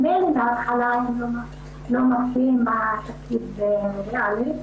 ממילא מהתחלה הם לא מקצים תקציב ריאלי.